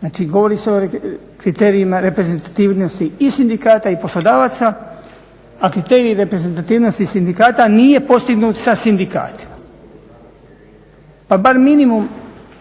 Znači govori se o kriterijima reprezentativnosti i sindikata i poslodavaca, a kriteriji reprezentativnosti sindikata nije postignut sa sindikatima. Pa bar minimum